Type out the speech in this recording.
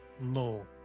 No